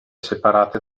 separate